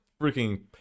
freaking